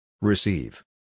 Receive